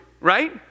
right